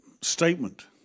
statement